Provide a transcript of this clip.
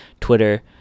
Twitter